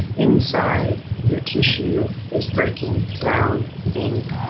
inside your tissue is breaking down ink,